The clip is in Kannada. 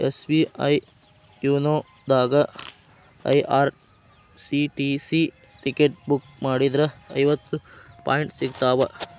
ಎಸ್.ಬಿ.ಐ ಯೂನೋ ದಾಗಾ ಐ.ಆರ್.ಸಿ.ಟಿ.ಸಿ ಟಿಕೆಟ್ ಬುಕ್ ಮಾಡಿದ್ರ ಐವತ್ತು ಪಾಯಿಂಟ್ ಸಿಗ್ತಾವ